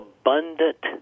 abundant